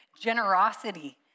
generosity